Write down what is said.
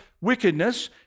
wickedness